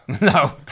No